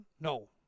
no